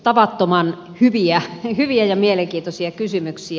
tavattoman hyviä ja mielenkiintoisia kysymyksiä